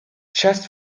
chest